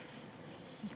קודם כול,